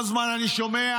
אני שומע